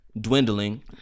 dwindling